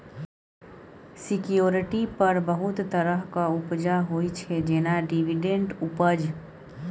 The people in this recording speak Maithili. सिक्युरिटी पर बहुत तरहक उपजा होइ छै जेना डिवीडेंड उपज